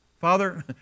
Father